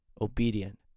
obedient